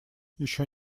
еще